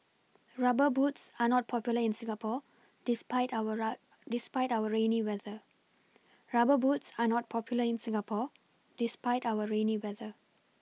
rubber boots are not popular in Singapore despite our rainy rub despite weather rubber boots are not popular in Singapore despite our rainy weather